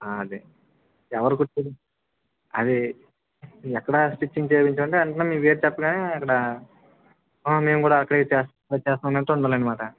అదే ఎవరిగుర్తు అది ఎక్కడ స్టిచింగ్ చేయించాలి అంటే మీ పేరు చెప్పగానే అక్కడ మేము కూడా అక్కడే ఇచ్చేస్తున్నాము చేయిస్తున్నాము అన్నట్టుండాలి అన్నమాట